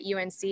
UNC